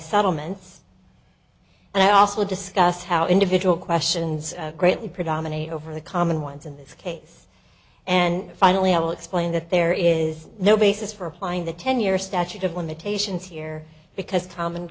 settlements and i also discussed how individual questions greatly predominate over the common ones in this case and finally i will explain that there is no basis for applying the ten year statute of limitations here because tom